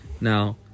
now